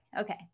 Okay